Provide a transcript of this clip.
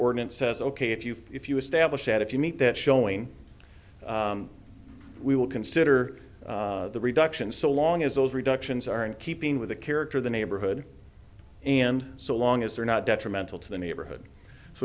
ordinance says ok if you if you establish that if you meet that showing we will consider the reductions so long as those reductions are in keeping with the character of the neighborhood and so long as they're not detrimental to the neighborhood so